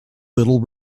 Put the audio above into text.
little